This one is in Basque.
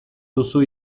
duzu